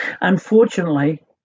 Unfortunately